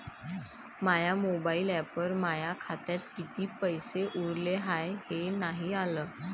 माया mobile ॲपवर माया खात्यात किती पैसे उरले हाय हे नाही आलं